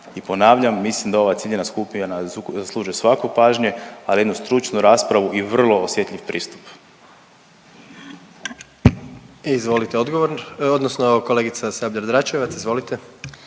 i ponavljam, mislim da ova ciljana skupina zaslužuje svako pažnje, ali jednu stručnu raspravu i vrlo osjetljiv pristup. **Jandroković, Gordan (HDZ)** Izvolite odgovor, odnosno kolegica Sabljar Dračevac, izvolite.